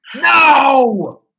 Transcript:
No